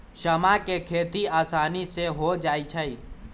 समा के खेती असानी से हो जाइ छइ